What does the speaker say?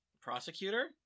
Prosecutor